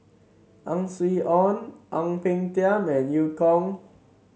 Ang Swee Aun Ang Peng Tiam and Eu Kong